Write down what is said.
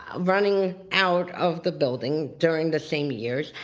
running out of the building during the same years,